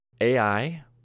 ai